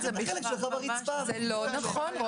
זה לא נכון.